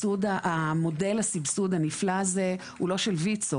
מודל הסבסוד הנפלא הזה הוא לא של ויצ"ו,